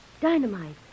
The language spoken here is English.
dynamite